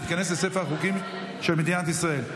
ותיכנס לספר החוקים של מדינת ישראל.